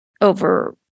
over